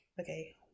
okay